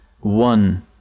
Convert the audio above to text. One